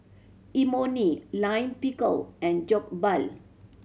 Imoni Lime Pickle and Jokbal